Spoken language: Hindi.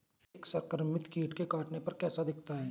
एक संक्रमित कीट के काटने पर कैसा दिखता है?